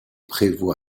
prévôt